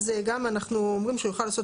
אז גם אנחנו אומרים שהוא יוכל לעשות